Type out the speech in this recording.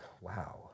wow